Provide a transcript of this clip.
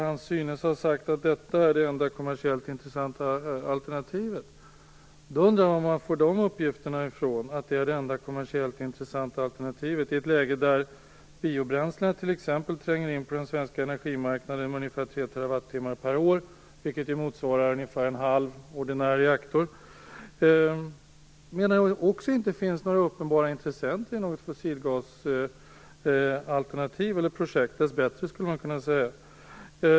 Han synes ha sagt att detta är det enda kommersiellt intressanta alternativet. Jag undrar varifrån han får de uppgifterna, i ett läge där t.ex. biobränslena tränger in på den svenska energimarknaden med ungefär tre TWh per år. Det motsvarar ungefär en halv ordinär reaktor. Det finns uppenbarligen inga intressenter i något fossilgasalternativ eller projekt - dessbättre, skulle man kunna säga.